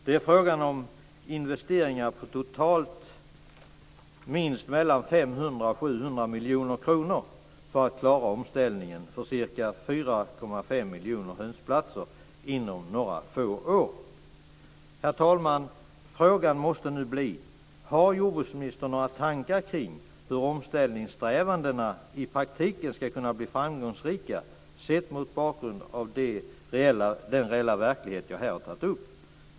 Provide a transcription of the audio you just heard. Det är fråga om investeringar på totalt minst mellan 500 och 700 miljoner kronor för att klara omställningen för ca 4,5 miljoner hönsplatser inom några få år. Herr talman! Frågan måste nu bli: Har jordbruksministern några tankar kring hur omställningssträvandena i praktiken ska kunna bli framgångsrika, sett mot bakgrund av den reella verklighet jag här har tagit upp?